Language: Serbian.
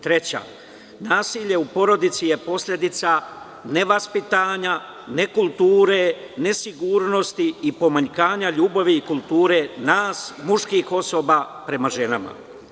Treća – nasilje u porodici je posledica nevaspitanja, nekulture, nesigurnosti i pomanjkanja ljubavi i kulture nas, muških osoba, prema ženama.